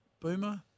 Boomer